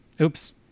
Oops